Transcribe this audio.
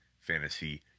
fantasy